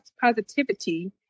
positivity